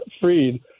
freed